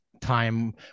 time